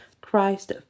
Christ